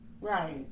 Right